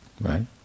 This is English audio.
right